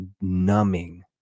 numbing